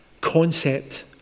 concept